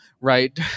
right